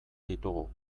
ditugu